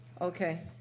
Okay